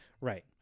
Right